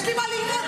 יש לי מה ללמוד.